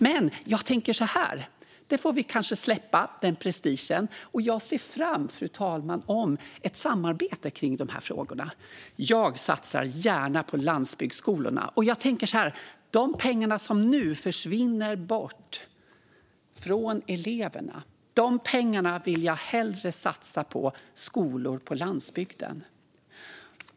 Men jag tänker så här: Vi får kanske släppa prestigen. Jag ser fram emot ett samarbete om de här frågorna, fru talman. Jag satsar gärna på landsbygdsskolorna. De pengar som nu försvinner bort från eleverna vill jag hellre satsa på skolor på landsbygden.